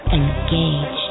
Engage